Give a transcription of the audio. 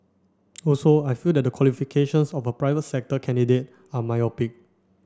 also I feel that the qualifications of a private sector candidate are myopic